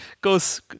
goes